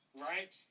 right